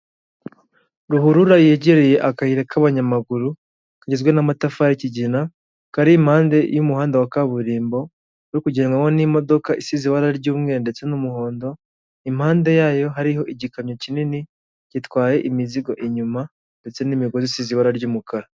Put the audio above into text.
Ruhurura yegereye akayira k'abanyamaguru kagizwe n'amatafari kigina kari impande y'umuhanda wa kaburimbo harimo kugendwaho n'imodoka isize ibara ry'umweru ndetse n'umuhondo, impande yayo hariho igikamyo kinini gitwaye imizigo inyuma ndetse n'imigozi isize ibara ry'umukara.